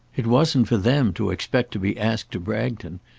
it wasn't for them to expect to be asked to bragton,